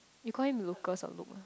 you call him Lucas or Luc